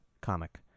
comic